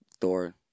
Thor